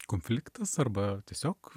konfliktas arba tiesiog